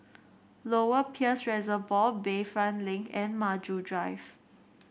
Lower Peirce Reservoir Bayfront Link and Maju Drive